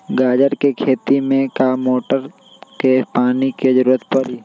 गाजर के खेती में का मोटर के पानी के ज़रूरत परी?